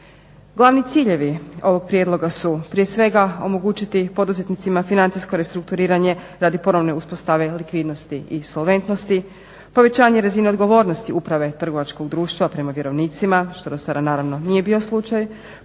Glavni ciljevi ovog prijedloga su prije svega omogućiti poduzetnicima financijsko restrukturiranje radi ponovne uspostave likvidnosti i insolventnosti, povećanje razine odgovornosti uprave trgovačkog društva prema vjerovnicima što do sada naravno nije bio slučaj,